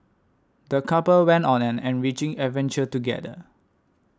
the couple went on an enriching adventure together